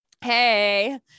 Hey